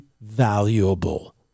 valuable